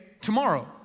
tomorrow